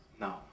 No